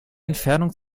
entfernung